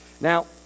Now